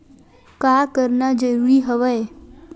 का करना जरूरी हवय?